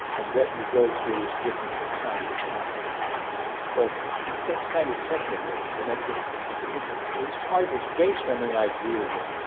and what you go through is different from time to time but that's kind of technical. and that's a it's part it's based on the idea that